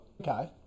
Okay